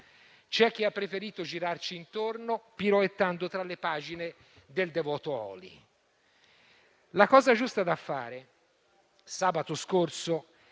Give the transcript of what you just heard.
C'è chi ha preferito girarci intorno piroettando tra le pagine del Devoto-Oli. La cosa giusta da fare sabato scorso